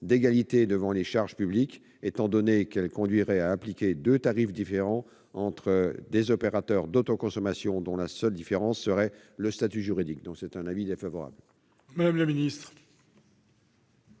d'égalité devant les charges publiques, étant donné qu'elle conduirait à appliquer deux tarifs différents à des opérations d'autoconsommation identique dont la seule différence serait le statut juridique. L'avis est donc défavorable. Quel est